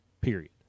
Period